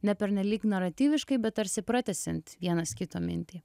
ne pernelyg naratyviškai bet tarsi pratęsiant vienas kito mintį